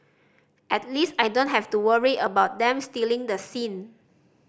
at least I don't have to worry about them stealing the scene